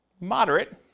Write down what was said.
Moderate